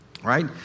right